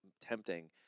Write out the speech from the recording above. tempting